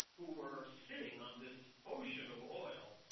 who were sitting on this ocean of oil,